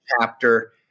chapter